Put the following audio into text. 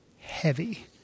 heavy